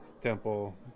temple